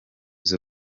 z’u